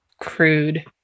crude